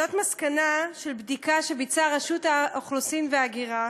זאת מסקנה של בדיקה שביצעה רשות האוכלוסין וההגירה,